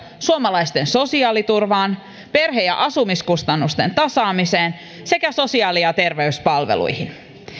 suomalaisten sosiaaliturvaan perhe ja asumiskustannusten tasaamiseen sekä sosiaali ja terveyspalveluihin